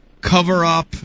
cover-up